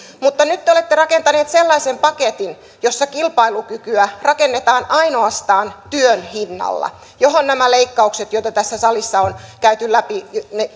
mutta nyt te olette rakentaneet sellaisen paketin jossa kilpailukykyä rakennetaan ainoastaan työn hinnalla johon nämä leikkaukset joita tässä salissa on käyty läpi